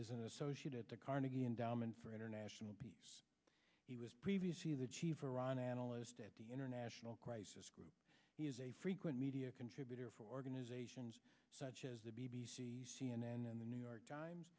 an associate at the carnegie endowment for international peace he was previously the chief iran analyst at the international crisis group he is a frequent media contributor for organizations such as the b b c c n n and the new york times